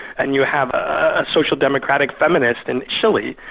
and you have a social democratic feminist in chile.